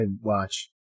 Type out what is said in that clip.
watch